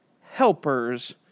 helpers